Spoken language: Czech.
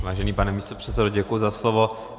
Vážený pane místopředsedo, děkuji za slovo.